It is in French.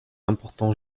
important